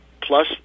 Plus